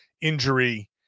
injury